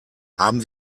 haben